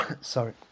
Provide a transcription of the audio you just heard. Sorry